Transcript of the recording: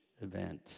event